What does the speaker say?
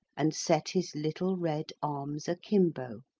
and set his little red arms akimbo,